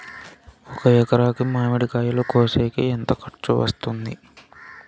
ఒక ఎకరాకి మామిడి కాయలు కోసేకి ఎంత ఖర్చు వస్తుంది?